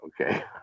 okay